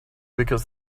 because